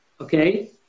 Okay